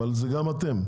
אבל זה גם אתם,